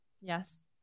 Yes